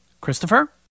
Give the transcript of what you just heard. Christopher